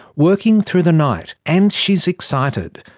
working through the night, and she's excited.